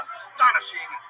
Astonishing